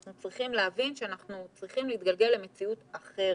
אנחנו צריכים להבין שאנחנו צריכים להתגלגל למציאות אחרת.